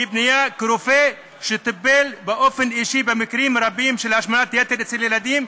היא פנייה כרופא שטיפל באופן אישי במקרים רבים של השמנת-יתר אצל ילדים,